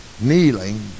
kneeling